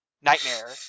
nightmare